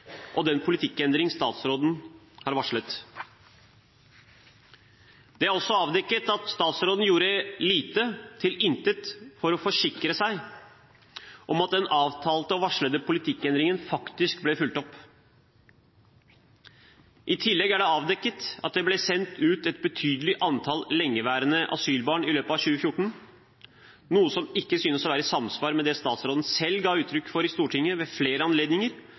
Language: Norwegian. og den politikkendring statsråden har varslet. Det er også avdekket at statsråden gjorde lite til intet for å forsikre seg om at den avtalte og varslede politikkendringen faktisk ble fulgt opp. I tillegg er det avdekket at det ble sendt ut et betydelig antall lengeværende asylbarn i løpet av 2014, noe som ikke synes å være i samsvar med det statsråden selv ga uttrykk for i Stortinget ved flere anledninger,